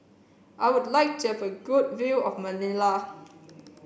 I would like to have a good view of Manila